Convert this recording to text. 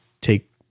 take